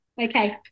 Okay